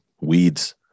weeds